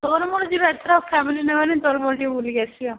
ତୋର ମୋର ଯିବା ଏଥର ଫ୍ୟାମିଲି ନେବାନି ତୋର ମୋର ଯିବୁ ବୁଲିକି ଆସିବା